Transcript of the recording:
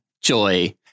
Joy